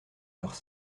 leurs